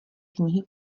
knihy